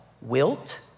wilt